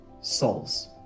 souls